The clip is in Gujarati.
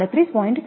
24 અને આ 38